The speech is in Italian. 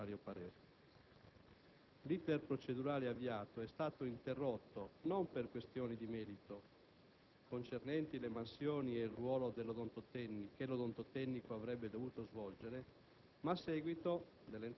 per l'acquisizione del necessario parere. L'*iter* procedurale avviato è stato interrotto non per questioni di merito, concernenti le mansioni e il ruolo che l'odontotecnico avrebbe dovuto svolgere,